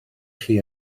chi